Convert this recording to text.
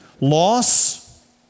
loss